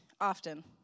often